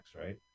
right